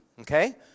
okay